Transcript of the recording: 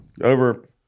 over